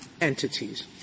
entities